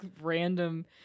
random